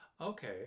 Okay